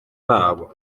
babo